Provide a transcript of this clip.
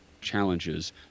challenges